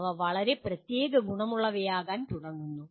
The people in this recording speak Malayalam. അവ വളരെ പ്രത്യേകഗുണമുള്ളവയാകാൻ തുടങ്ങുന്നു